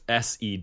SED